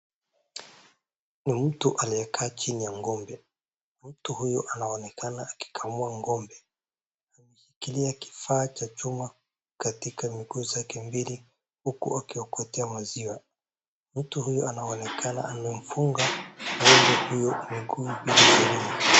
Mtu aliyekaa chini ya ng'ombe, mtu huyu anaonekana akikamua ng'ombe, ameshikilia kifaa cha chuma katika miguu zake mbili huku akiokotea maziwa. Mtu huyu anaonekana amemfunga ng'ombe huyo miguu yote miwili.